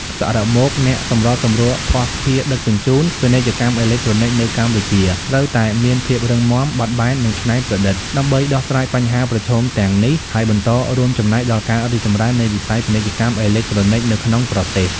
សរុបមក អ្នកសម្របសម្រួលភស្តុភារដឹកជញ្ជូន ពាណិជ្ជកម្មអេឡិចត្រូនិកនៅកម្ពុជាត្រូវតែមានភាពរឹងមាំ បត់បែន និងច្នៃប្រឌិត ដើម្បីដោះស្រាយបញ្ហាប្រឈមទាំងនេះ ហើយបន្តរួមចំណែកដល់ការរីកចម្រើននៃវិស័យពាណិជ្ជកម្មអេឡិចត្រូនិក នៅក្នុងប្រទេស។